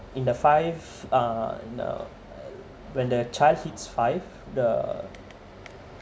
in the five uh in the when the child hits five the